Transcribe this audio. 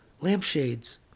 Lampshades